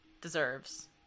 deserves